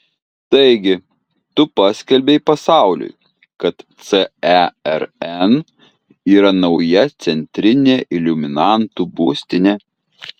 taigi tu paskelbei pasauliui kad cern yra nauja centrinė iliuminatų būstinė